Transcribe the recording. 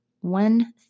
one